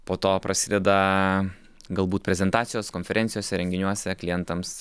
po to prasideda galbūt prezentacijos konferencijose renginiuose klientams